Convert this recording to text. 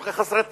כל כך חסרת צבע.